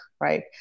right